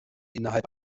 innerhalb